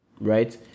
right